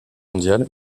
mondiale